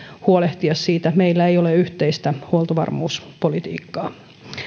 huolehtia siitä meillä ei ole yhteistä huoltovarmuuspolitiikkaa